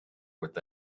with